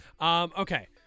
Okay